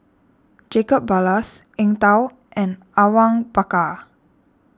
Jacob Ballas Eng Tow and Awang Bakar